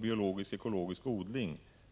biologisk-ekologisk odling.